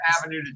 avenue